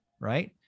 right